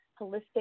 holistic